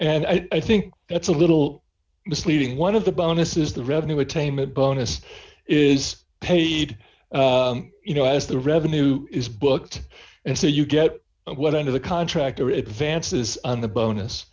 and i think it's a little misleading one of the bonuses the revenue attainment bonus is paid you know as the revenue is booked and so you get what under the contractor advances on the bonus